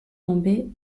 tombé